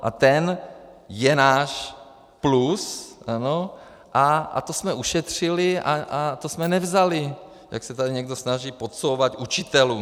A ten je náš plus a to jsme ušetřili a to jsme nevzali, jak se tady někdo snaží podsouvat, učitelům.